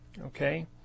Okay